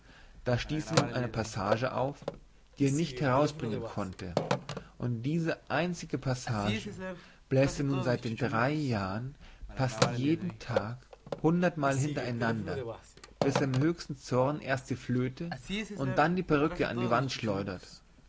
da stieß ihm eine passage auf die er nicht herausbringen konnte und diese einzige passage bläst er nun seit den drei jahren fast jeden tag hundertmal hintereinander bis er im höchsten zorn erst die flöte und dann die perücke an die wand schleudert